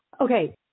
Okay